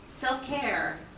self-care